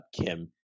Kim